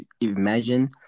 Imagine